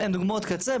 אני אתן דוגמאות קצה,